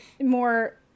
more